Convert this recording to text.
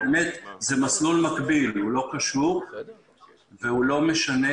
זה מסלול מקביל שהוא לא קשור והוא לא משנה